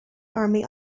army